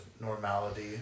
normality